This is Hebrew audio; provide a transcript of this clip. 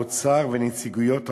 האוצר ונציגויות העובדים.